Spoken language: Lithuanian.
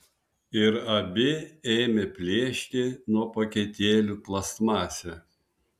ir abi ėmė plėšti nuo paketėlių plastmasę